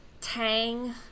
tang